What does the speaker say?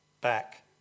back